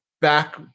back